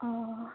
অঁ